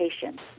patients